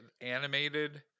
animated